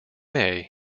may